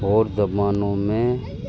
اور زبانوں میں